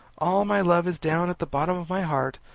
all my love is down at the bottom of my heart.